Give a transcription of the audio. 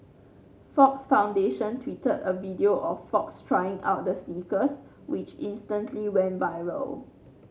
Fox Foundation tweeted a video of Fox trying out the sneakers which instantly went viral